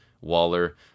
Waller